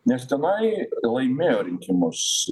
nes tenai laimėjo rinkimus